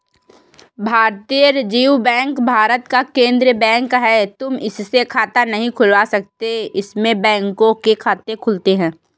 भारतीय reserve bank Bharat का केन्द्रीय बैंक है, तुम इसमें खाता नहीं खुलवा सकते इसमें बैंकों के खाते खुलते हैं